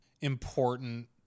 important